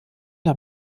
der